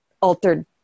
altered